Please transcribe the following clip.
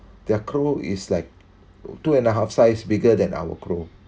their crow is like two and a half size bigger than our crow